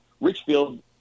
Richfield